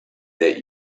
that